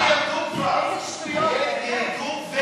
וירדו כבר.